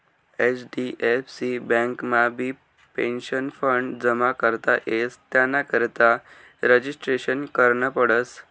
HDFC बँकमाबी pension fund जमा करता येस त्यानाकरता रजिस्ट्रेशन करनं पडस